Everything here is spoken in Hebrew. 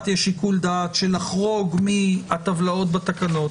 יש שיקול דעת של לחרוג מטבלאות התקנות.